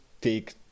take